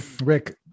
Rick